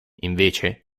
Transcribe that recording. invece